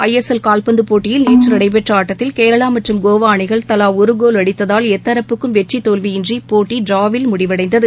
ஐ S L கால்பந்து போட்டியில் நேற்று நடைபெற்ற ஆட்டத்தில் கேரளா மற்றும் கோவா அணிகள் தவா ஒரு கோல் அடித்தால் எத்தரப்புக்கும் வெற்றி தோல்வியின்றி போட்டி ட்ராவில் முடிவடைந்தது